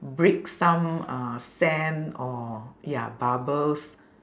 break some uh sand or ya bubbles